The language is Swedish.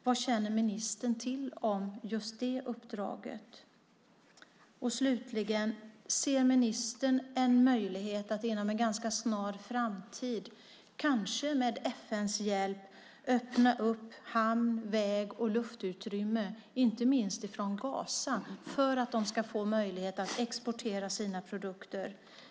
Vad känner ministern till om just det uppdraget? Slutligen: Ser ministern en möjlighet att inom en ganska snar framtid, kanske med FN:s hjälp, öppna upp hamn-, väg och luftutrymme, inte minst från Gaza, för att de ska få möjlighet att exportera sina produkter?